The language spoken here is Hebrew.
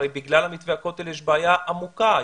הרי בגלל מתווה הכותל יש בעיה עמוקה,